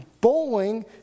Bowling